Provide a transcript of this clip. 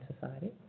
society